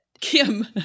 Kim